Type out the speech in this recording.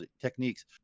techniques